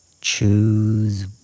Choose